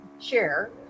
share